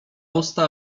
usta